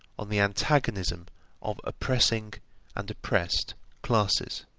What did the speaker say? on the antagonism of oppressing and oppressed classes.